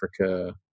Africa